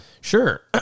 Sure